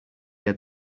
had